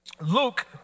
Luke